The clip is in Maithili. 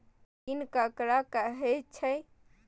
ऋण ककरा कहे छै?